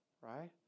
right